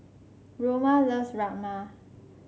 Roma loves Rajma